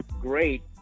Great